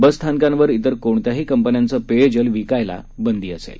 बसस्थानकांवर तिर कोणत्याही कंपन्यांचे पेयजल विकायला बंदी असेल